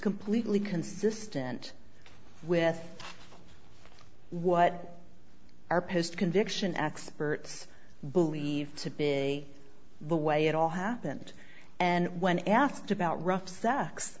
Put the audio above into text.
completely consistent with what our post conviction experts believe to be the way it all happened and when asked about rough sex